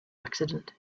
accident